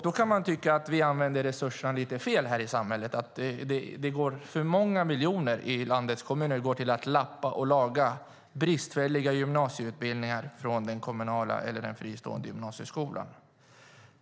Då kan man tycka att vi använder resurserna lite fel här i samhället, att för många miljoner i landets kommuner går till att lappa och laga bristfälliga gymnasieutbildningar i den kommunala eller fristående gymnasieskolan.